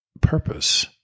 purpose